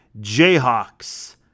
Jayhawks